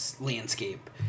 landscape